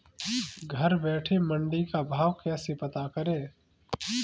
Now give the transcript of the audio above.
घर बैठे मंडी का भाव कैसे पता करें?